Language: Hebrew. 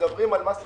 מדברים על מס רכישה.